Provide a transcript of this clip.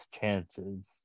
chances